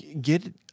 get